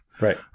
Right